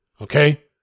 Okay